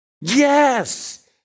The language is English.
Yes